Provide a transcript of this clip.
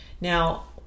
Now